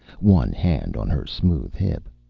one hand on her smooth hip.